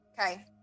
Okay